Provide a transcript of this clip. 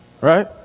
right